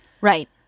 right